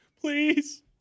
Please